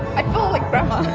i feel like grandma.